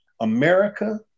America